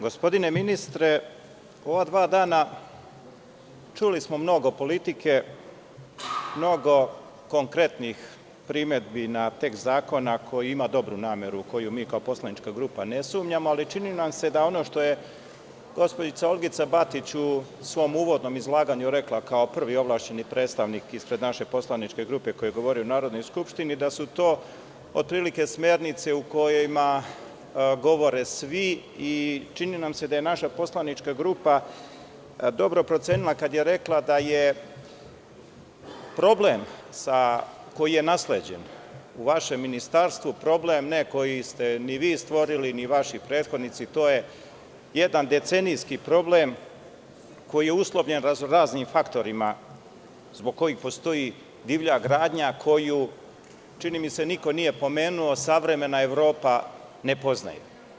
Gospodine ministre, u ova dva dana čuli smo mnogo politike, mnogo konkretnih primedbi na tekst zakona koji ima dobru nameru u koju mi kao poslanička grupa ne sumnjamo, ali čini nam se da ono što je gospođica Olgica Batić u svom uvodnom izlaganju rekla kao prvi ovlašćeni predstavnik ispred naše poslaničke grupe koji govori u Narodnoj skupštini, da su to otprilike smernice u kojima govore svi i čini nam se da je naša poslanička grupa dobro procenila kada je rekla da je problem koji je nasleđen u vašem ministarstvu, problem ne koji ste ni vi stvorili, ni vaši prethodnici, to je jedan decenijski problem koji je uslovljen razno-raznim faktorima zbog kojih postoji divlja gradnja koju, čini mi se, niko nije pomenuo, savremena Evropa ne poznaje.